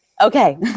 Okay